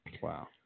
Wow